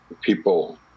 people